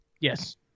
Yes